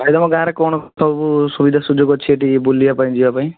ଭାଇ ତମ ଗାଁରେ କଣ ସବୁ ସୁବିଧା ସୁଯୋଗ ଅଛି ସେଠିକି ବୁଲିବାପାଇଁ ଯିବାପାଇଁ